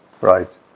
Right